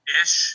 ish